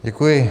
Děkuji.